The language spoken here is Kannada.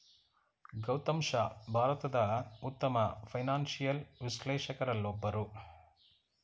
ಗೌತಮ್ ಶಾ ಭಾರತದ ಉತ್ತಮ ಫೈನಾನ್ಸಿಯಲ್ ವಿಶ್ಲೇಷಕರಲ್ಲೊಬ್ಬರು